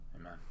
Amen